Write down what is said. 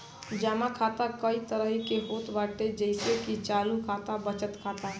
जमा खाता कई तरही के होत बाटे जइसे की चालू खाता, बचत खाता